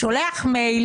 שולח מייל